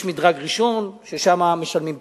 יש מדרג ראשון, ששם משלמים פחות,